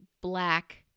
black